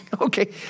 Okay